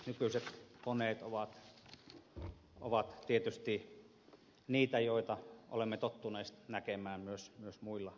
nykyiset koneet ovat tietysti niitä joita olemme tottuneet näkemään myös muilla työmailla